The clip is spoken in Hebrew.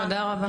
תודה רבה.